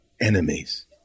enemies